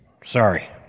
Sorry